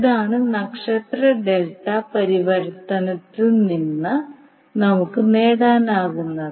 ഇതാണ് നക്ഷത്ര ഡെൽറ്റ പരിവർത്തനത്തിൽ നിന്ന് നമുക്ക് നേടാനാകുന്നത്